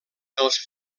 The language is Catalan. dels